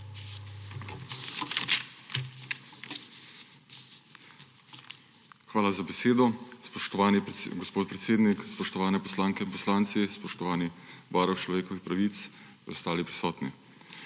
Hvala za besedo. Spoštovani gospod podpredsednik, spoštovane poslanke in poslanci, spoštovani varuh človekovih pravic, ostali prisotni!